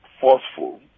forceful